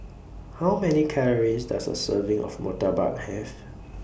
How Many Calories Does A Serving of Murtabak Have